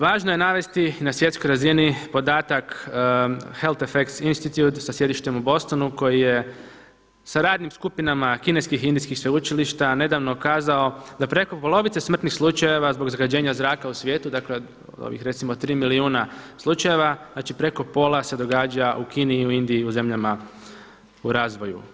Važno je navesti i na svjetskoj razini podatak Health Effects Institute sa sjedištem u Bostonu koji je sa radnim skupinama kineskih i indijskih sveučilišta nedavno kazao da preko polovice smrtnih slučajeva zbog zagađenja zraka u svijetu dakle od ovih recimo 3 milijuna slučajeva, znači preko pola se događa u Kini i u Indiji, u zemljama u razvoju.